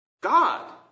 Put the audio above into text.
God